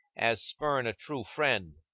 as spurn a true friend.